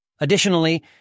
Additionally